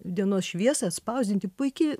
dienos šviesą atspausdinti puiki